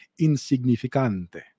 insignificante